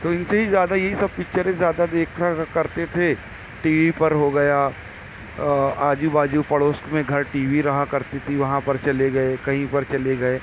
تو ان سے ہی زیادہ یہی سب پکچریں زیادہ دیکھا کرتے تھے ٹی وی پر ہوگیا آجو باجو پڑوس میں گھر ٹی وی رہا کرتی تھی وہاں پر چلے گئے کہیں پر چلے گئے